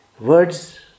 Words